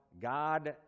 God